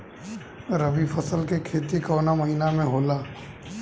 रवि फसल के खेती कवना महीना में होला?